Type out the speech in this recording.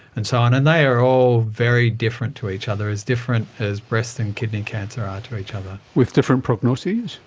and so on, and they are all very different to each other, as different as breast and kidney cancer are to each other. with different prognoses?